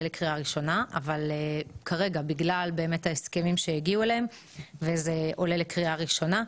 לקריאה ראשונה בגלל ההסכמים אליהם הגיעו זה עולה לקריאה ראשונה.